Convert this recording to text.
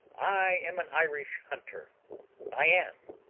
i am an irish hunter i am,